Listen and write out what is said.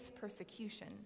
persecution